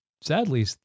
sadly